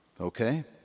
okay